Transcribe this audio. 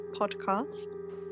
podcast